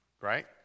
right